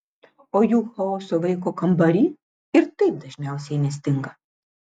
o juk chaoso vaiko kambary ir taip dažniausiai nestinga